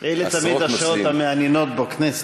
אלה תמיד השעות המעניינות בכנסת,